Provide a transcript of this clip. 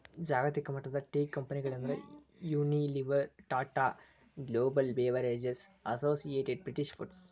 ಜಾಗತಿಕಮಟ್ಟದ ಟೇಕಂಪೆನಿಗಳಂದ್ರ Unilever, Tata Global Beverages, Associated British foods